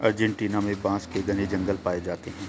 Argentina में बांस के घने जंगल पाए जाते हैं